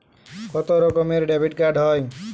কত রকমের ডেবিটকার্ড হয়?